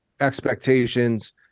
expectations